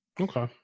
Okay